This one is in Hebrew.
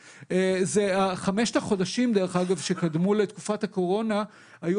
חמשת החודשים שקדמו לתקופת הקורונה היו